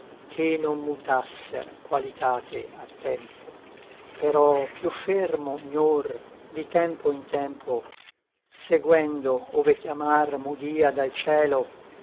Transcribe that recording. che non mutasser qualitate a tempo però piú fermo ognor di tempo in tempo seguendo ove chiamar m'udia dal cielo